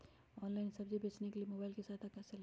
Online सब्जी बेचने के लिए मोबाईल की सहायता कैसे ले?